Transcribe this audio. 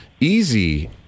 easy